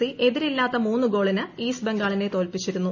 C എതിരില്ലാത്ത മൂന്ന് ഗോളിന് ഈസ്റ്റ് ബംഗാളിനെ തോൽപ്പിച്ചിരുന്നു